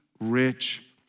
rich